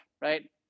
right